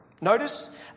Notice